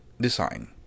design